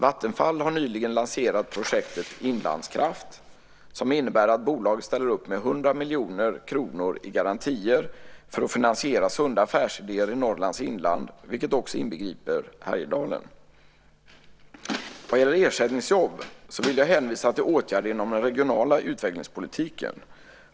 Vattenfall har nyligen lanserat projektet Inlandskraft, som innebär att bolaget ställer upp med 100 miljoner kronor i garantier för att finansiera sunda affärsidéer i Norrlands inland, vilket också inbegriper Härjedalen. Vad gäller ersättningsjobb vill jag hänvisa till åtgärder inom den regionala utvecklingspolitiken.